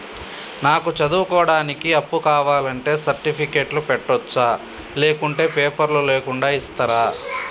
నాకు చదువుకోవడానికి అప్పు కావాలంటే సర్టిఫికెట్లు పెట్టొచ్చా లేకుంటే పేపర్లు లేకుండా ఇస్తరా?